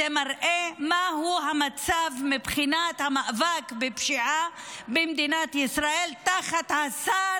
זה מראה מה המצב מבחינת המאבק בפשיעה במדינת ישראל תחת השר,